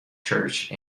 church